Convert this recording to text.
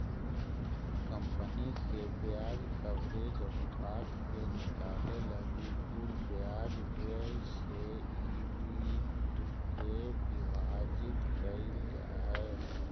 company के ब्याज coverage अनुपात के निकाले लगी कुल ब्याज व्यय से ईबिट के विभाजित कईल जा हई